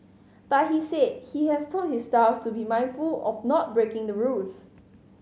but he said he has told his staff to be mindful of not breaking the rules